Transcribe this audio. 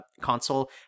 console